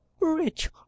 rich